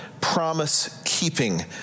promise-keeping